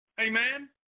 Amen